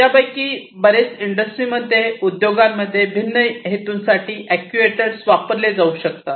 यापैकी बरेच इंडस्ट्रीमध्ये उद्योगांमध्ये भिन्न हेतूंसाठी अॅक्ट्युएटर वापरले जाऊ शकतात